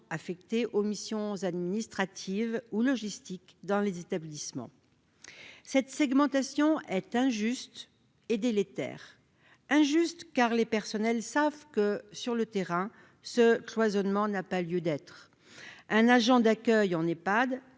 affectés aux missions administratives ou logistiques dans les établissements. Cette segmentation est injuste et délétère. Injuste, car les personnels savent que, sur le terrain, ce cloisonnement n'a pas lieu d'être : un agent d'accueil en Ehpad